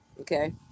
okay